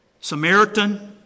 Samaritan